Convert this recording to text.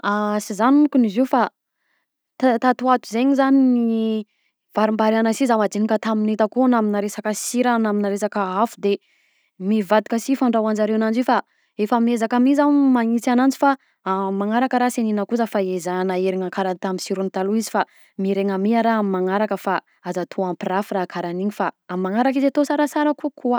Sy zany mokony izy io fa ta- tato ho ato zegny zany varimbariàgna si zaho mandinika tamin'ny hitako io aminà resaka sira na tamina resaka afo de mivadika si fandrahoanjareo ananjy io fa efa miezaka si za magnintsy ananjy fa amin'ny magnaraka raha sy agnina kosa fa ezahina aherina karaha tamy sirony taloha izy fa mierena mi a raha amy magnaraka fa aza atao ampirafy raha karaha agn'igny fa amy magnaraka izy atao sarasara kokoa.